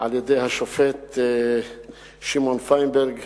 על-ידי השופט שמעון פיינברג